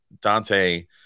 Dante